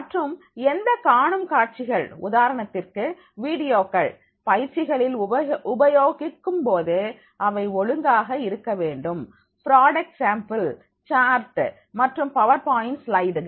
மற்றும் எந்த காணும் காட்சிகள் உதாரணத்திற்கு வீடியோக்கள் பயிற்சிகளில் உபயோகிக்கும் போது அவை ஒழுங்காக இருக்க வேண்டும் ப்ராடக்ட் சாம்பிள் சார்ட் மற்றும் பவர் பாயின்ட் ஸ்லைடுகள்